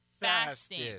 fasting